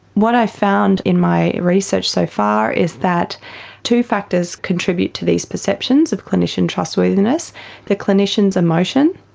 what i found in my research so far is that two factors contribute to these perceptions of clinician trustworthiness the clinician's emotion,